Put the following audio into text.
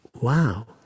Wow